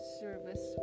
service